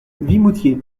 vimoutiers